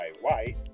White